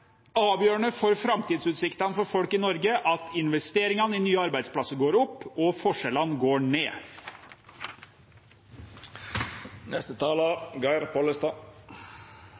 avgjørende for framtidsutsiktene til folk i Norge at investeringene i nye arbeidsplasser går opp, og at forskjellene går ned.